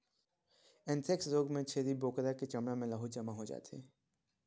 anthrax रोग म छेरी बोकरा के चमड़ा म लहू जमा हो जाथे